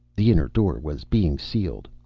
the inner door was being sealed.